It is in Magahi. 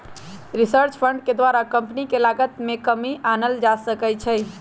रिसर्च फंड के द्वारा कंपनी के लागत में कमी आनल जा सकइ छै